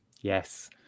yes